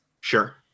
Sure